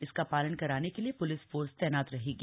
इसका पालन कराने के लिए प्लिस फोर्स तैनात रहेगी